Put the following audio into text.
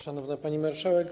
Szanowna Pani Marszałek!